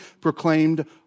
proclaimed